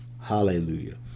hallelujah